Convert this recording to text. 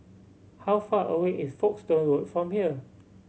how far away is Folkestone Road from here